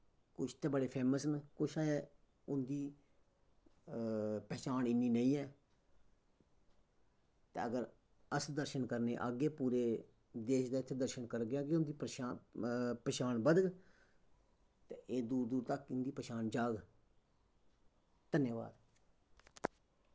कुछ ते बड़े फेमस न कुछ उं'दी पैह्चान इन्नी नेईं ऐ ते अगर अस दर्शन करने गी आह्गे पूरे देश दा इत्थें दर्शन करङन उं'दी पैह्चान पछान बधग ते एह् दूर दूर तक इं'दी पछान जाह्ग धन्यावाद